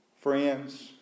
friends